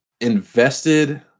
invested